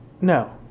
No